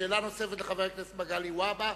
שאלה נוספת לחבר הכנסת מגלי והבה,